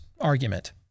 argument